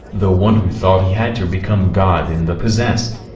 the one who thought he had to become god in the possessed.